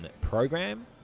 program